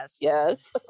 yes